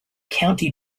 county